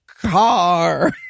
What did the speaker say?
car